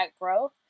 growth